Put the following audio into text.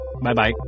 Bye-bye